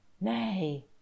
Nay